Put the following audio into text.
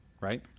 Right